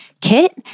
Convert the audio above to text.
kit